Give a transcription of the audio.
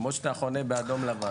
כמו שאתה חונה באדום לבן.